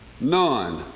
None